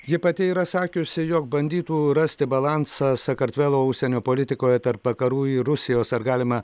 ji pati yra sakiusi jog bandytų rasti balansą sakartvelo užsienio politikoje tarp vakarų ir rusijos ar galima